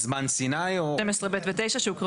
זה מופיע